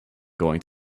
going